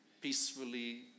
peacefully